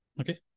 Okay